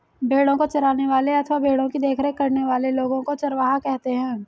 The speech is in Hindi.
भेड़ों को चराने वाले अथवा भेड़ों की देखरेख करने वाले लोगों को चरवाहा कहते हैं